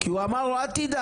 כי הוא אמר לו אל תדאג,